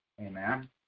Amen